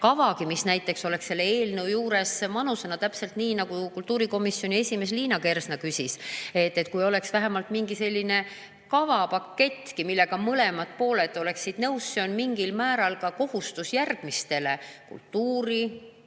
kava, mis oleks selle eelnõu juures manusena, täpselt nii nagu kultuurikomisjoni esimees Liina Kersna küsis. Kui oleks vähemalt mingigi selline kava, pakett, millega mõlemad pooled oleksid nõus, siis see oleks mingil määral ka kohustus järgmistele kultuuri‑,